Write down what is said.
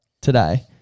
today